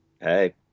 Hey